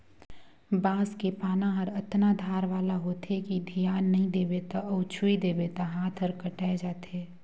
बांस के पाना हर अतना धार वाला होथे कि धियान नई देबे त अउ छूइ देबे त हात हर कटाय जाथे